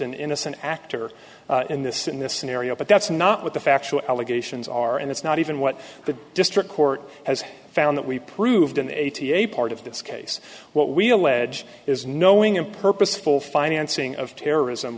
an innocent actor in this in this scenario but that's not what the factual allegations are and it's not even what the district court has found that we proved in the eighty eight part of this case what we allege is knowing in purposeful financing of terrorism